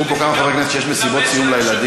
אמרו פה כמה חברי כנסת שיש מסיבות סיום לילדים,